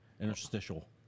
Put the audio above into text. Interstitial